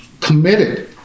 committed